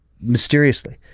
mysteriously